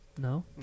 no